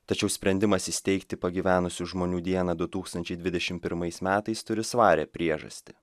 tačiau sprendimas įsteigti pagyvenusių žmonių dieną du tūkstančiai dvidešimt pirmais metais turi svarią priežastį